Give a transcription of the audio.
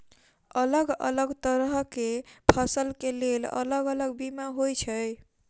अलग अलग तरह केँ फसल केँ लेल अलग अलग बीमा होइ छै?